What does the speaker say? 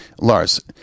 Lars